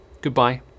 goodbye